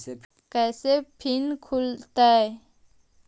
कैसे फिन खुल तय?